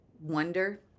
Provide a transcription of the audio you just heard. wonder